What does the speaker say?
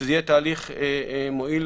שזה יהיה תהליך מועיל